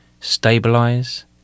stabilize